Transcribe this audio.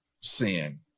sin